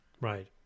Right